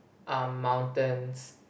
um mountains